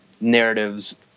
narratives